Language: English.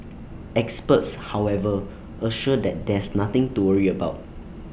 experts however assure that there's nothing to worry about